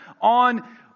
on